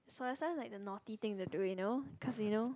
soya sauce like the naughty thing they do you know cause you know